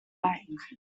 like